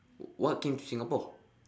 w~ what came to singapore